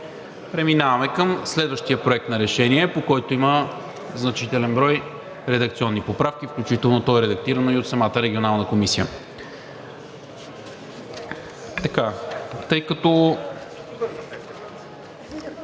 Преминаваме към следващия проект на решение, по който има значителен брой редакционни поправки, включително той е редактиран и от самата Регионална комисия.